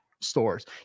stores